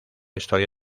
historia